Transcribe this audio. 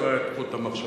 חבל לקטוע את חוט המחשבה.